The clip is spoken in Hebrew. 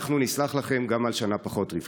אנחנו נסלח לכם גם על שנה פחות רווחית.